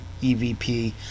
EVP